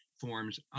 forms